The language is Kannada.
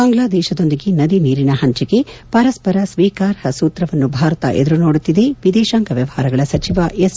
ಬಾಂಗ್ಲಾದೇಶದೊಂದಿಗೆ ನದಿ ನೀರಿನ ಹಂಚಿಕೆ ಪರಸ್ವರ ಸ್ವೀಕಾರ್ಹ ಸೂತ್ರವನ್ನು ಭಾರತ ಎದುರು ನೋಡುತ್ತಿದೆ ವಿದೇಶಾಂಗ ವ್ಲವಹಾರಗಳ ಸಚಿವ ಎಸ್